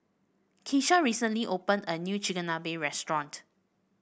Keesha recently opened a new Chigenabe restaurant